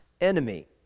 enemy